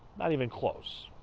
not even close.